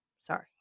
Sorry